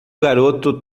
garoto